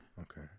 Okay